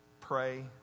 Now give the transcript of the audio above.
pray